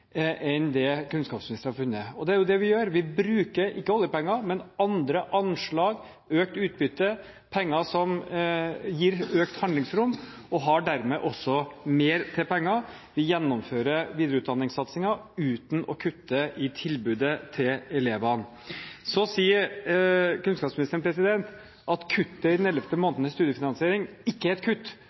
enn det kunnskapsministeren har funnet. Det er jo det vi gjør. Vi bruker ikke oljepenger, men andre anslag, økt utbytte og penger som gir økt handlingsrom, og har dermed også mer penger til utdanning. Vi gjennomfører videreutdanningssatsingen uten å kutte i tilbudet til elevene. Kunnskapsministeren sa at kuttet i den ellevte måneden i studiefinansiering ikke er et kutt,